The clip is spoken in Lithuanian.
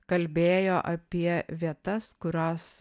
kalbėjo apie vietas kurios